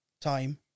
time